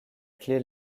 clé